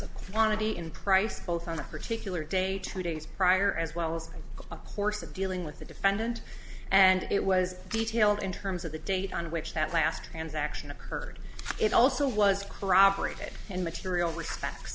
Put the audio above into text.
of quantity in price both on a particular day two days prior as well as a course of dealing with the defendant and it was detailed in terms of the date on which that last transaction occurred it also was corroborated in material respects